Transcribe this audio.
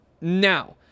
Now